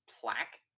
plaque